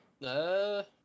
No